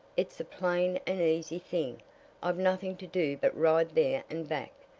it's a plain and easy thing i've nothing to do but ride there and back.